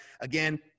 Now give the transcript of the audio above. Again